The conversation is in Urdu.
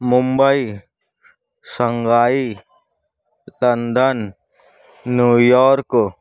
Mumbai Shanghai London New York